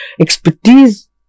expertise